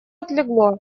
отлегло